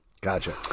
Gotcha